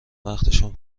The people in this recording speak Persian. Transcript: وقتشون